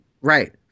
Right